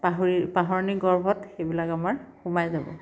পাহৰি পাহৰণিৰ গৰ্ভত সেইবিলাক আমাৰ সোমাই যাব